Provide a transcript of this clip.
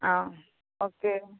आं ओके